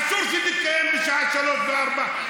אסור שתתקיים בשעה 03:00 ו-04:00,